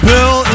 Bill